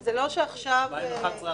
זה לא שעכשיו -- מה עם 11400?